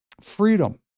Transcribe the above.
Freedom